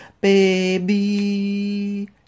baby